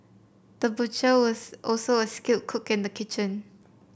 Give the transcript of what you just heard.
the butcher was also a skilled cook in the kitchen